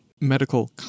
Medical